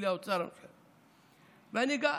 ואני אגע